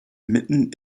mitten